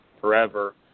forever